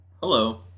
Hello